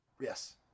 Yes